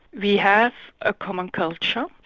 we have a common culture, um